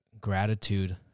gratitude